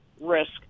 risk